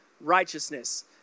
righteousness